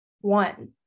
One